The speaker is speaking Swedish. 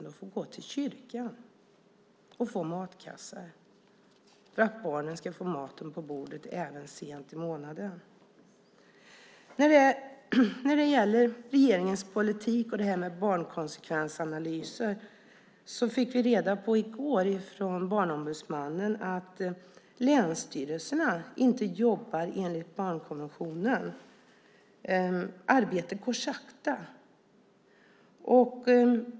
De får gå till kyrkan för att få matkassar så att barnen ska få mat på bordet även sent i månaden. När det gäller regeringens politik och det här med barnkonsekvensanalyser fick vi i går genom Barnombudsmannen reda på att länsstyrelserna inte jobbar enligt barnkonventionen. Arbetet går sakta.